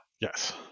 Yes